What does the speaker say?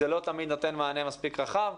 זה לא תמיד נותן מענה מספיק רחב.